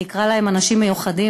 אני אקרא להם אנשים מיוחדים,